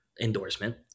endorsement